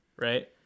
right